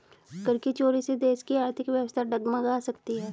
कर की चोरी से देश की आर्थिक व्यवस्था डगमगा सकती है